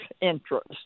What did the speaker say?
interest